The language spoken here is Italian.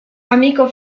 amico